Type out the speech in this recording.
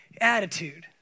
attitude